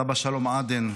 סבא שלום עדן,